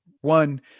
one